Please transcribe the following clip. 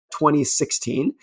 2016